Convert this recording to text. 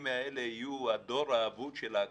האלה יהיו הדור האבוד של האקדמיה.